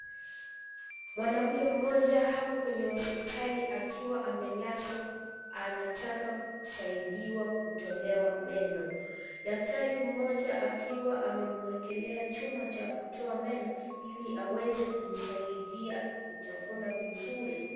Mwanamke mmoja ako kwenye hospitali akiwa amelazwa anataka kusaidiwa kutolewa meno, daktari mmoja akiwa amemuekelea chuma cha kumtoa meno iliaweze kumsaidia kutavuna vizuri.